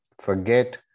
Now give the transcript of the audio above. forget